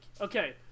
okay